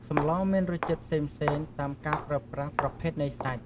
សម្លមានរសជាតិផ្សេងៗតាមការប្រើប្រាស់ប្រភេទនៃសាច់។